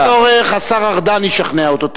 אם יהיה צורך, השר ארדן ישכנע אותו.